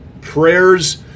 prayers